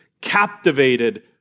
captivated